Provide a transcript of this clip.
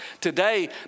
today